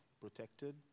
protected